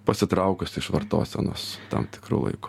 pasitraukusi iš vartosenos tam tikru laiku